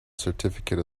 certificate